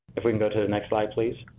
if we can go to the next slide please.